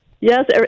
Yes